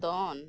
ᱫᱚᱱ